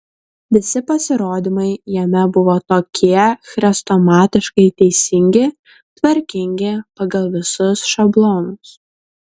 visi pasirodymai jame buvo tokie chrestomatiškai teisingi tvarkingi pagal visus šablonus